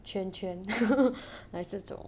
圈圈 来这种